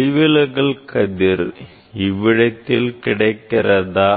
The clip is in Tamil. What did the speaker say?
ஒளிவிலகல் கதிர் இவ்விடத்தில் கிடைக்கிறதா